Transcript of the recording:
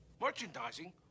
Merchandising